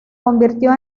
convirtió